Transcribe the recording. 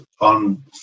on